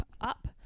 up